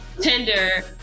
Tinder